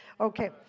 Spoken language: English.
okay